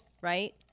right